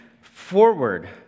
forward